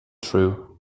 true